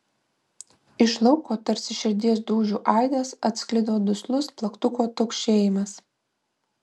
iš lauko tarsi širdies dūžių aidas atsklido duslus plaktuko taukšėjimas